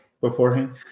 beforehand